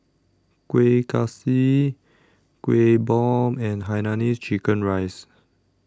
Kuih Kaswi Kueh Bom and Hainanese Chicken Rice